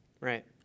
Right